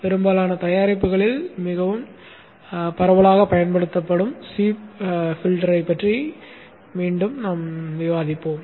பெரும்பாலான தயாரிப்புகளில் மிகவும் பரவலாகப் பயன்படுத்தப்படும் சி வடிப்பானைப் பற்றி இங்கு மீண்டும் விவாதிப்போம்